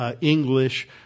English